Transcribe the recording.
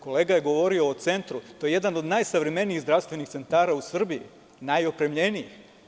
Kolega je govorio o Centru, to je jedan od najsavremenijih zdravstvenih centara u Srbiji, najopremljeniji.